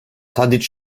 tadiç